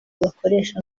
bakoresha